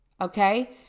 okay